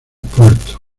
puerto